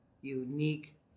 unique